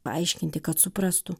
paaiškinti kad suprastų